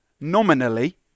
nominally